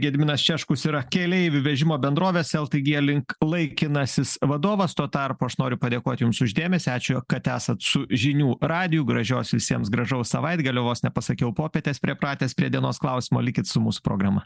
gedminas češkus yra keleivių vežimo bendrovės ltg link laikinasis vadovas tuo tarpu aš noriu padėkot jums už dėmesį ačiū kad esat su žinių radiju gražios visiems gražaus savaitgalio vos nepasakiau popietės priepratęs prie dienos klausimo likit su mūsų programa